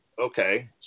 Okay